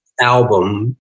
album